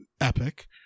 Epic